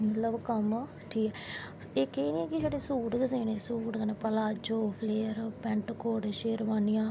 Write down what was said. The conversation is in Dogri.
मतलव कम्म ठीक एह् तोड़ी ऐ कि शड़े सूट गै सीनें पलाजो फलेयर शेरवानियां पैट कोट